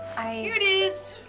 here it is,